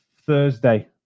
Thursday